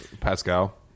Pascal